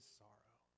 sorrow